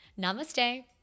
namaste